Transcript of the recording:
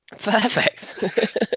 perfect